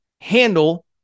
handle